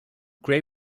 gray